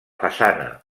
façana